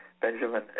Benjamin